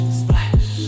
splash